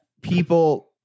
people